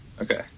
Okay